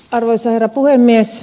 arvoisa herra puhemies